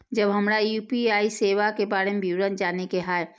जब हमरा यू.पी.आई सेवा के बारे में विवरण जाने के हाय?